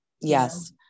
yes